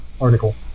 article